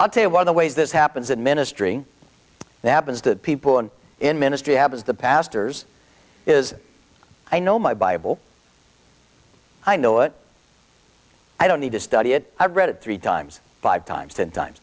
i'll tell you one of the ways this happens that ministry that is to people and in ministry happens the pastor's is i know my bible i know it i don't need to study it i've read it three times five times ten time